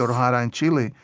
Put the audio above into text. sort of but in chile,